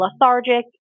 lethargic